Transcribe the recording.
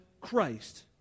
Christ